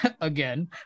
again